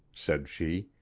said she.